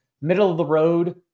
middle-of-the-road